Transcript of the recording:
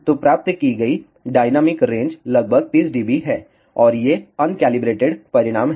तो प्राप्त की गई डायनामिक रेंज लगभग 30 डीबी है और ये अनकैलिब्रेटेड परिणाम हैं